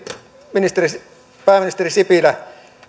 pääministeri sipilä